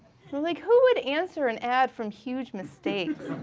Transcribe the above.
like who would answer an ad from huge mistakes?